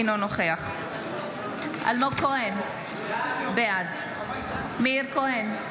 אינו נוכח אלמוג כהן, בעד מאיר כהן,